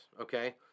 okay